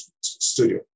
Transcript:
studio